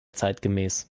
zeitgemäß